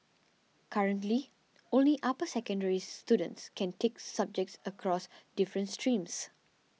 currently only upper secondary students can take subjects across different streams